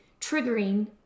triggering